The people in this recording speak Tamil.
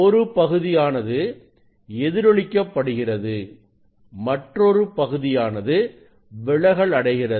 ஒரு பகுதியானது எதிரொளிக்கப்படுகிறது மற்றொரு பகுதியானது விலகல் அடைகிறது